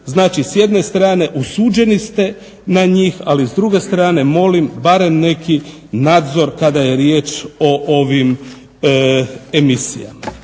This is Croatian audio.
Znači s jedne strane osuđeni ste na njih, ali s druge strane molim barem neki nadzor kada je riječ o ovim emisijama.